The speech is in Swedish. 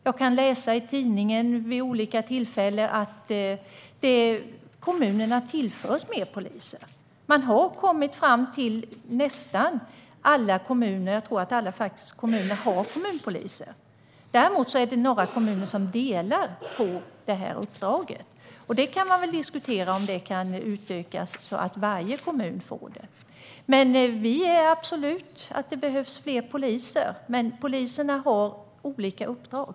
Jag kan läsa i tidningen vid olika tillfällen att kommunerna tillförs fler poliser. Man har kommit fram till att nästan alla kommuner, faktiskt alla, tror jag, har kommunpoliser. Däremot är det några kommuner som delar på det uppdraget, och det kan väl diskuteras om det kan utökas så att varje kommun får egna kommunpoliser. Vi är absolut med på att det behövs fler poliser. Men poliserna har olika uppdrag.